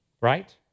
right